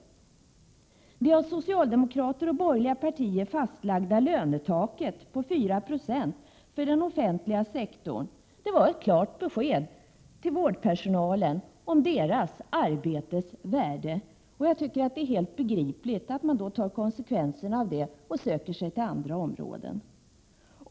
Det av socialdemokrater och borgerliga partier fastlagda lönetaket på 4 90 för den offentliga sektorn var ett klart besked till vårdpersonalen om deras arbetes värde, och jag tycker det är helt begripligt att man då tar konsekvenserna av detta och söker sig till andra områden.